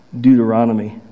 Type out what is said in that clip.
Deuteronomy